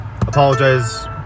apologize